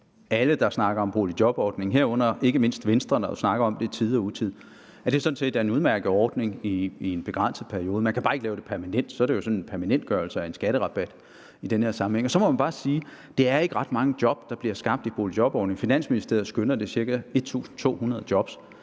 om boligjobordningen, herunder ikke mindst Venstre, som snakker om den i tide og utide, at det sådan set er en udmærket ordning i en begrænset periode. Man kan bare ikke gøre den permanent, så er det jo sådan en permanentgørelse af en skatterabat i den her sammenhæng. Så må man bare sige, at det ikke er ret mange job, der bliver skabt i boligjobordningen. Finansministeriet skønner, at det ca. drejer